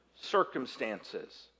circumstances